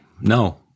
No